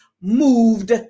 moved